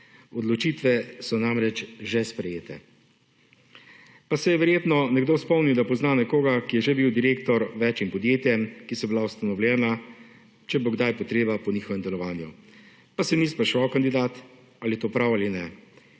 odločitve so namreč že sprejete. Pa se je verjetno nekdo spomnil, da pozna nekoga, ki je že bil direktor več podjetjem, ki so bila ustanovljena, 8. TRAK: (SC) – 14.35 (nadaljevanje) če bo kdaj potreba po njihovem delovanju pa se ni spraševal kandidat ali je to prav ali ne